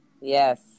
Yes